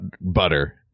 butter